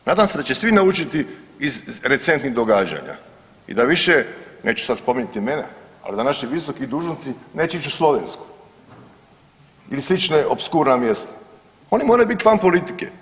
Nadam se da će svi naučiti iz recentnih događaja i da više, neću sad spominjati imena, ali da naši visoki dužnosnik neće ići u Slovensku ili slične opskurna mjesta, oni moraju biti van politike.